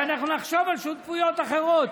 שאנחנו נחשוב על שותפויות אחרות.